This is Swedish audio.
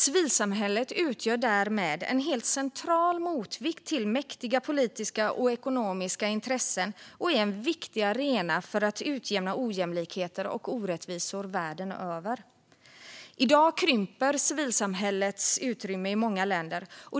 Civilsamhället utgör därmed en helt central motvikt till mäktiga politiska och ekonomiska intressen och är en viktig arena för att utjämna ojämlikheter och orättvisor världen över. I dag krymper civilsamhällets utrymme i många länder.